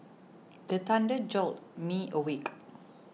the thunder jolt me awake